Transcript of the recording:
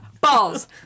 balls